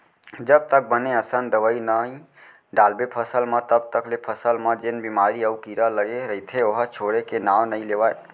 जब तक बने असन दवई नइ डालबे फसल म तब तक ले फसल म जेन बेमारी अउ कीरा लगे रइथे ओहा छोड़े के नांव नइ लेवय